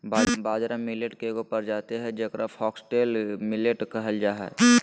बाजरा मिलेट के एगो प्रजाति हइ जेकरा फॉक्सटेल मिलेट कहल जा हइ